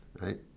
right